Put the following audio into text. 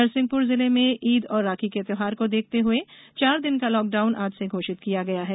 नरसिंहपुर जिले में ईद और राखी के त्यौहार को देखते हुए चार दिन का लॉकडाउन आज से घोषित किया गया है